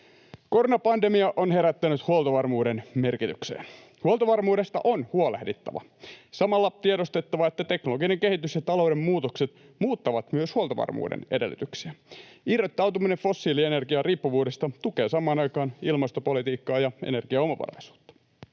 Koronapandemia on herättänyt huoltovarmuuden merkityksen. Huoltovarmuudesta on huolehdittava ja samalla tiedostettava, että teknologinen kehitys ja talouden muutokset muuttavat myös huoltovarmuuden edellytyksiä. Irrottautuminen fossiilienergiariippuvuudesta tukee samaan aikaan ilmastopolitiikkaa ja energiaomavaraisuutta.